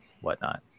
whatnot